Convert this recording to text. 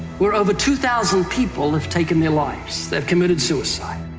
where over two thousand people have taken their lives. they've committed suicide.